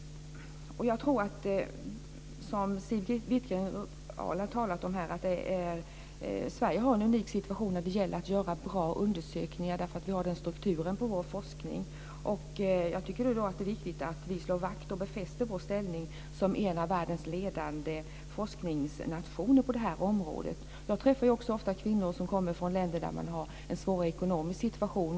Jag tror, som Siw Wittgren-Ahl har talat om, att Sverige har en unik situation när det gäller att göra bra undersökningar, därför att vi har denna struktur på vår forskning. Jag tycker att det är viktigt att vi slår vakt om och befäster vår ställning som en av världens ledande forskningsnationer på det här området. Jag träffar ofta kvinnor som kommer från länder där man har en svår ekonomisk situation.